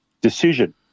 decision